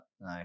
No